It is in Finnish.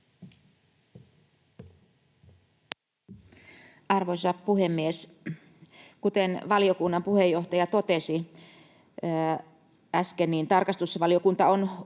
Arvoisa puhemies! Kuten valiokunnan puheenjohtaja totesi äsken, niin tarkastusvaliokunta on